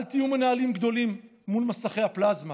אל תהיו מנהלים גדולים מול מסכי הפלזמה,